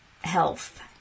health